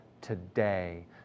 today